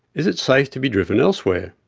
is it safe to be driven elsewhere?